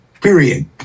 period